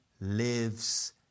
lives